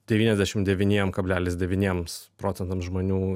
devyniasdešim devyniem kablelis devyniems procentams žmonių